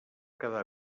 quedar